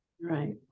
Right